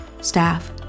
staff